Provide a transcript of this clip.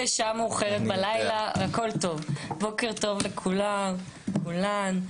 בוקר טוב לכולם, לכולן,